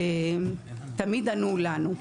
ותמיד ענו לנו.